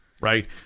right